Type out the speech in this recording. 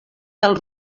del